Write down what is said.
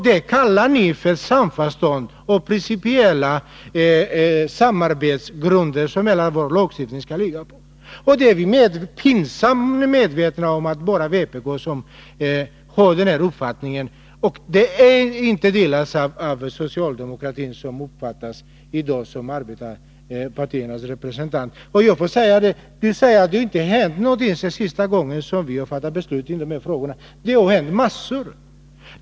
Det kallar ni för samförstånd och för den principiella samarbetsgrund som hela vår lagstiftning skall bygga på. Vi är pinsamt medvetna om att vpk är ensamt om sin uppfattning. Den delas inte av socialdemokratin, som i dag uppfattas som arbetarpartiernas företrädare. Det påstods vidare att det inte har hänt något sedan vi sist fattade beslut i dessa frågor. Det har hänt massor av saker.